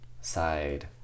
side